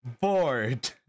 bored